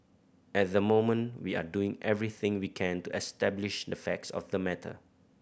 at the moment we are doing everything we can to establish the facts of the matter